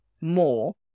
more